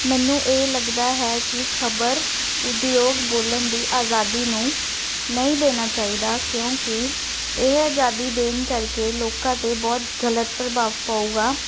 ਮੈਨੂੰ ਇਹ ਲੱਗਦਾ ਹੈ ਕਿ ਖਬਰ ਉਦਯੋਗ ਬੋਲਣ ਦੀ ਆਜ਼ਾਦੀ ਨੂੰ ਨਹੀਂ ਦੇਣਾ ਚਾਹੀਦਾ ਕਿਉਂਕਿ ਇਹ ਆਜ਼ਾਦੀ ਦੇਣ ਕਰਕੇ ਲੋਕਾਂ ਤੇ ਬਹੁਤ ਗਲਤ ਪ੍ਰਭਾਵ ਪਾਊਗਾ